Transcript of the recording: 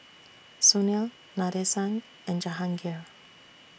Sunil Nadesan and Jahangir